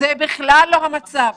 זה בכלל לא המצב.